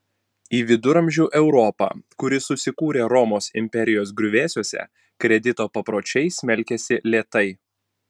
į viduramžių europą kuri susikūrė romos imperijos griuvėsiuose kredito papročiai smelkėsi lėtai